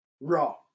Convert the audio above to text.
raw